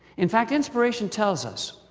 in fact, inspiration tells us,